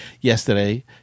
Yesterday